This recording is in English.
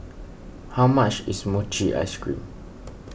how much is Mochi Ice Cream